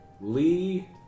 Lee